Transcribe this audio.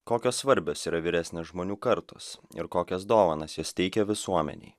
kokios svarbios yra vyresnės žmonių kartos ir kokias dovanas jos teikia visuomenei